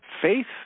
faith